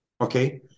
okay